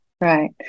right